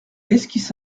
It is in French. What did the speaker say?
esquisse